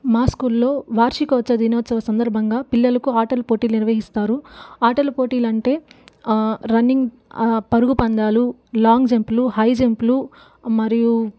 మా స్కూల్లో వార్షికోత్సవ దినోత్సవం సందర్బంగా పిల్లలకు ఆటల పోటీలు నిర్వహిస్తారు ఆటల పోటీలు అంటే రన్నింగ్ పరుగు పంద్యాలు లాంగ్ జంప్లు హై జంప్లు మరియు